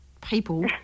people